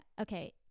Okay